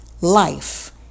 life